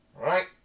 Right